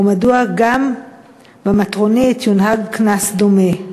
ומדוע הונהג גם במטרונית קנס דומה?